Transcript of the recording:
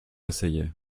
essayé